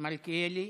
מלכיאלי,